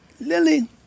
Lily